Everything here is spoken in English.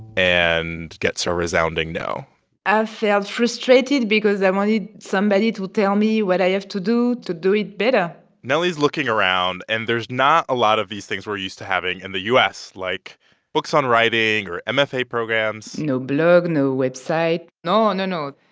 and gets a resounding no i felt frustrated because i wanted somebody to tell me what i have to do to do it better nelly's looking around, and there's not a lot of these things we're used to having in and the u s, like books on writing or mfa programs no blogs, no websites no, no, no.